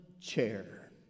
chair